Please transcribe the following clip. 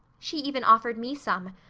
she even offered me some,